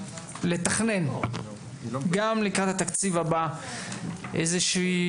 לתכנן גם לקראת התקציב הבא איזה שהוא